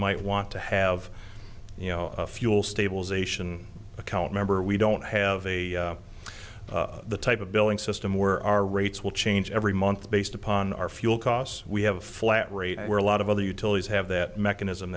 might want to have you know fuel stabilization account member we don't have a the type of billing system where our rates will change every month based upon our fuel costs we have a flat rate where a lot of other utilities have that mechanism